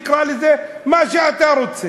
תקרא לזה מה שאתה רוצה.